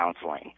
counseling